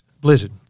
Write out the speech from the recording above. Blizzard